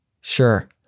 Sure